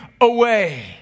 away